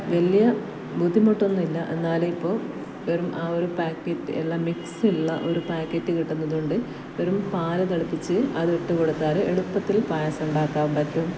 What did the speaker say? വലിയ ബുദ്ധിമുട്ടൊന്നുമില്ല എന്നാലും ഇപ്പോൾ വെറും ആ ഒരു പാക്കറ്റ് എല്ലാ മിക്സ് ഉള്ള ഒരു പാക്കറ്റ് കിട്ടുന്നതുകൊണ്ട് വെറും പാൽ തിളുപ്പിച്ച് അത് ഇട്ടു കൊടുത്താൽ എളുപ്പത്തിൽ പായസം ഉണ്ടാക്കാൻ പറ്റും